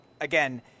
again